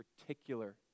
particular